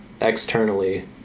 externally